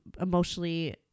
emotionally